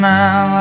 now